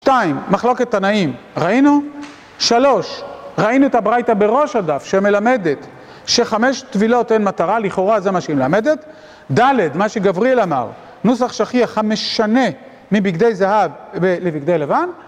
שתיים, מחלוקת תנאים, ראינו? שלוש, ראינו את הברייתא בראש על דף שמלמדת שחמש תבילות אין מטרה, לכאורה זה מה שהיא מלמדת דלת, מה שגבריל אמר נוסח שכיח המשנה מבגדי לבן לבגדי